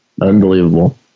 unbelievable